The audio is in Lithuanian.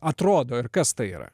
atrodo ir kas tai yra